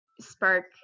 spark